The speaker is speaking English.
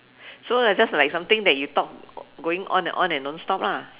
so like just like something that you talk going on and on and non stop lah